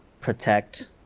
protect